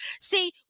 See